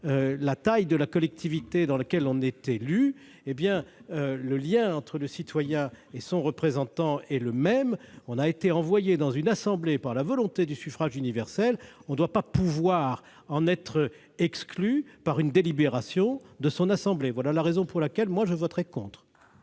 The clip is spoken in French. la taille de la collectivité dans laquelle on est élu, hé bien le lien entre le citoyen et son représentant est le même, on a été envoyé dans une assemblée, par la volonté du suffrage universel, on doit pas pouvoir en être exclu par une délibération de son assemblée, voilà la raison pour laquelle moi je voterai contre.